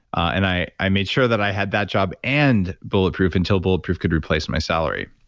and i i made sure that i had that job and bulletproof until bulletproof could replace my salary.